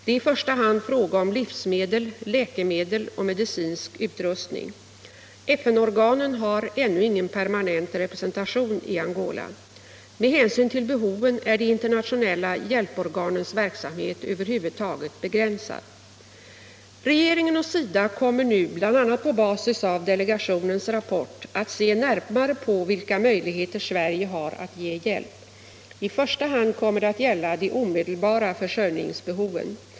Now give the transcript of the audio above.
Det är i första hand fråga om livsmedel, läkemedel och medicinsk utrustning. FN-organen har ännu ingen permanent representation i Angola. Med hänsyn till behoven är de internationella hjälporganens verksamhet över huvud taget begränsad. Regeringen och SIDA kommer nu bl.a. på basis av delegationens rapport att se närmare på vilka möjligheter Sverige har att ge hjälp. I första hand kommer det att gälla de omedelbara försörjningsbehoven.